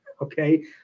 okay